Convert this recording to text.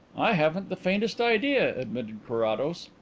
i haven't the faintest idea, admitted carrados,